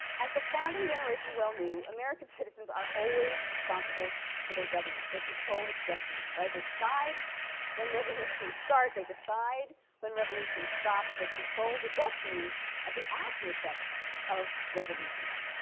as the founding generation well knew, american citizens are always responsible for their government. they control its destiny. right? they decide when revolutions start. they decide when revolutions stop. they control the destiny of the aftereffect of revolutions.